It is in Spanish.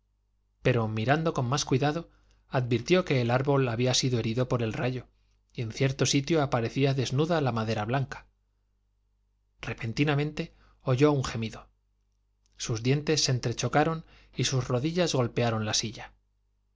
pero mirando con más cuidado advirtió que el árbol había sido herido por el rayo y en cierto sitio aparecía desnuda la madera blanca repentinamente oyó un gemido sus dientes se entrechocaron y sus rodillas golpearon la silla